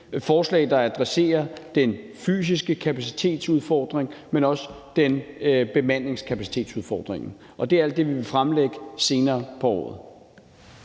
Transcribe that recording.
forslag, der adresserer den fysiske kapacitetsudfordring, men også bemandingskapacitetsudfordringen. Det er alt det, vi vil fremlægge senere på året.